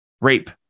rape